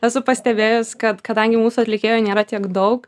esu pastebėjus kad kadangi mūsų atlikėjų nėra tiek daug